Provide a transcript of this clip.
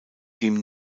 dem